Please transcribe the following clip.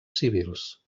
civils